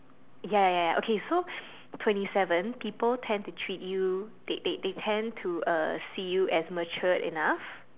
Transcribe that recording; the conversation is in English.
ya ya ya okay so twenty seven people tend to treat you they they they tend to uh see you as matured enough